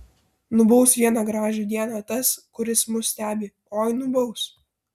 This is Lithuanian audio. nubaus vieną gražią dieną tas kuris mus stebi oi nubaus